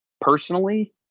personally